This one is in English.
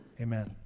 amen